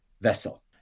vessel